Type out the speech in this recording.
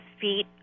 feet